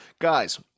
Guys